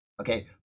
okay